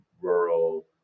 rural